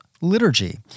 liturgy